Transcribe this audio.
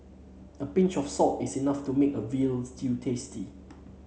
a pinch of salt is enough to make a veal stew tasty